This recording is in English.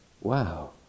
Wow